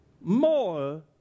more